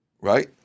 right